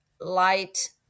light